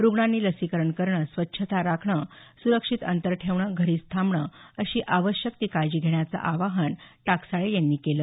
रुग्णांनी लसीकरण करणं स्वच्छता राखणं सुरक्षित अंतर ठेवणं घरीच थांबणं अशी आवश्यक ती काळजी घेण्याचं आवाहन टाकसाळे यांनी केलं